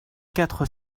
quatre